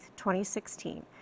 2016